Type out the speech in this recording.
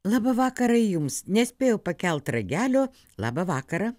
labą vakarą jums nespėjau pakelt ragelio labą vakarą